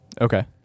Okay